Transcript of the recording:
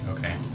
Okay